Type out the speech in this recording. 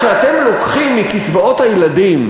כשאתם לוקחים מקצבאות הילדים,